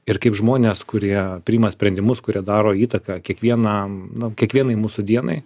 ir kaip žmonės kurie priima sprendimus kurie daro įtaką kiekvienam nu kiekvienai mūsų dienai